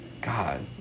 God